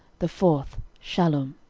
the fourth shallum.